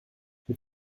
mit